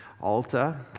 Alta